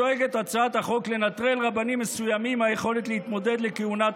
דואגת הצעת החוק לנטרל רבנים מסוימים מהיכולת להתמודד לכהונת